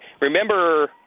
remember